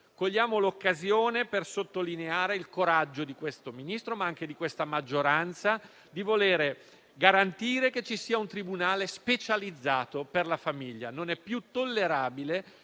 cogliamo l'occasione per sottolineare il coraggio di questo Ministro, ma anche di questa maggioranza, di volere garantire che ci sia un tribunale specializzato per la famiglia. Non è più tollerabile